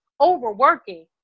overworking